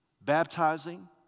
baptizing